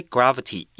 Gravity